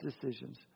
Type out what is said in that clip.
decisions